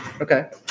Okay